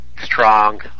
strong